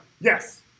Yes